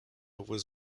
was